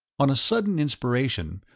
on a sudden inspiration,